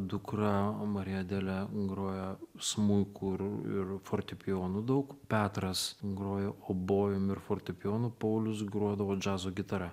dukra marija adelė groja smuiku ir ir fortepijonu daug petras groja obojum ir fortepijonu paulius grodavo džiazo gitara